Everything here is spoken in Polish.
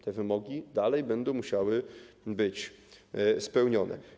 Te wymogi dalej będą musiały być spełnione.